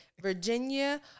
Virginia